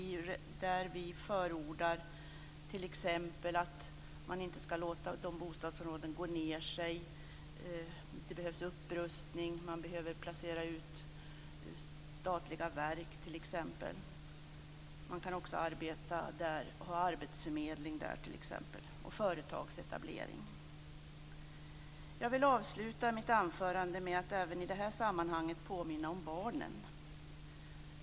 Vi förordar t.ex. att man inte skall låta bostadsområden gå ned sig. Det behövs upprustning. Man behöver placera ut statliga verk, t.ex. Man kan också ha arbetsförmedling där, t.ex., och företagsetablering. Jag vill avsluta mitt anförande med att även i detta sammanhang påminna om barnen.